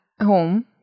home